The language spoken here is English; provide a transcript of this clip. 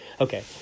Okay